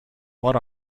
what